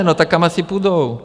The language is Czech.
No tak kam asi půjdou?